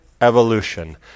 evolution